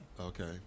Okay